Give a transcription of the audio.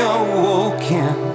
awoken